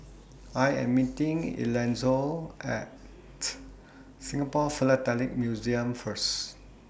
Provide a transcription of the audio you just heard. I Am meeting Elonzo At Singapore Philatelic Museum First